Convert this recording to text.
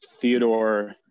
Theodore